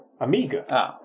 Amiga